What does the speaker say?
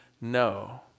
no